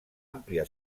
àmplia